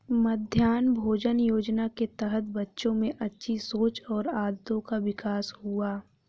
मध्याह्न भोजन योजना के तहत बच्चों में अच्छी सोच और आदतों का विकास हुआ